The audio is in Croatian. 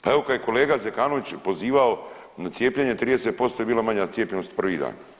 Pa evo kad je kolega Zekanović pozivao na cijepljenje 30% je bila manja cijepljenost prvi dan.